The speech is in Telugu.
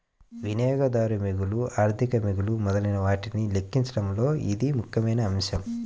వినియోగదారు మిగులు, ఆర్థిక మిగులు మొదలైనవాటిని లెక్కించడంలో ఇది ముఖ్యమైన అంశం